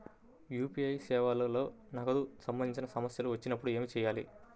UPI సేవలలో నగదుకు సంబంధించిన సమస్యలు వచ్చినప్పుడు ఏమి చేయాలి?